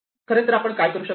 खरे तर आपण काय करू शकतो